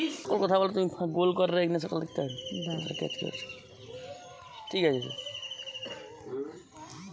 currency মানে হতিছে যে কোনো দ্যাশের টাকার বা মুদ্রার মূল্য